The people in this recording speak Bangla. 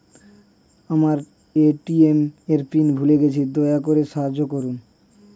আমার এ.টি.এম এর পিন ভুলে গেছি, দয়া করে সাহায্য করুন